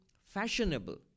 fashionable